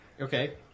Okay